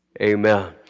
Amen